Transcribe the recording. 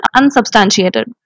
unsubstantiated